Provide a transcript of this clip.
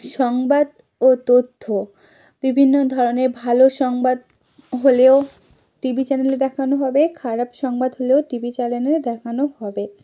সংবাদ ও তথ্য বিভিন্ন ধরনের ভালো সংবাদ হলেও টিভি চ্যানেলে দেখানো হবে খারাপ সংবাদ হলেও টিভি চ্যানেলে দেখানো হবে